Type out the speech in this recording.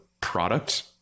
product